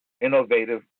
innovative